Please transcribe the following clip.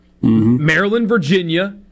Maryland-Virginia